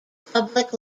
public